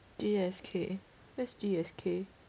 G_S_K where is G_S_K